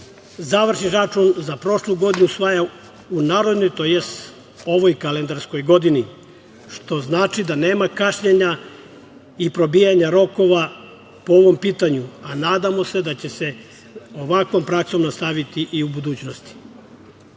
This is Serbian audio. završni račun za prošlu godinu usvaja u narednoj, tj. ovoj kalendarskoj godini, što znači da nema kašnjenja i probijanja rokova po ovom pitanju, a nadamo se da će se sa ovakvom praksom nastaviti i u budućnosti. Što